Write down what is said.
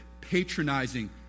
patronizing